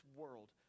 world